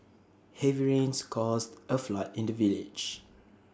heavy rains caused A flood in the village